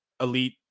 elite